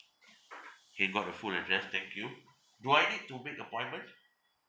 K got the full address thank you do I need to make appointment